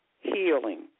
Healing